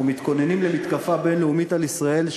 אנחנו מתכוננים למתקפה בין-לאומית על ישראל,